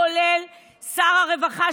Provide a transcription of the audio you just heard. כולל שר הרווחה,